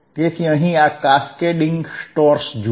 તેથી અહિ આ કેસ્કેડીંગ સ્ટોર્સ જુઓ